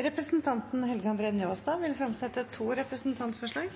Representanten Helge André Njåstad vil fremsette to